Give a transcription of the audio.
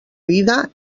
vida